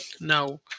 now